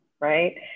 right